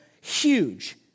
huge